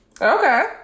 Okay